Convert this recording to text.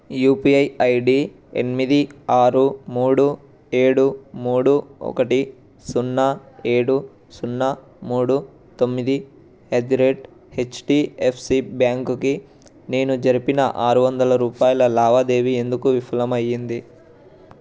UPI ID ఎనిమిది ఆరు మూడు ఏడు మూడు ఒకటి సున్న ఏడు సున్న మూడు తొమ్మిది ఎట్ ది రేట్ హెచ్డియఫ్సి బ్యాంక్కి నేను జరిపిన ఆరు వందల రూపాయల లావాదేవీ ఎందుకు విఫలం అయ్యింది